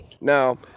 Now